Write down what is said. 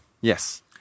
Yes